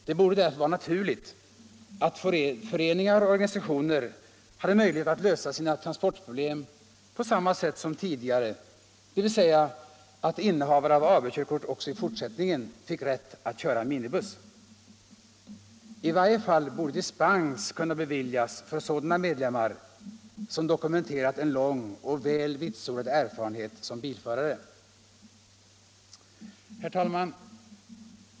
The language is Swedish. Det borde därför vara naturligt att föreningar och organisationer hade möjlighet att lösa sina transportproblem på samma sätt som tidigare, dvs. att innehavare av AB-körkort också i fortsättningen fick rätt att köra minibuss. I varje fall borde dispens kunna beviljas för sådana medlemmar som dokumenterat en lång och väl vitsordad erfarenhet som bilförare. Herr talman!